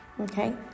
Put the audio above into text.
okay